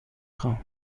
خواهم